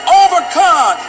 overcome